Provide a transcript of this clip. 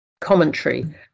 commentary